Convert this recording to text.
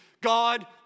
God